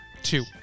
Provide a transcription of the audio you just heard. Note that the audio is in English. two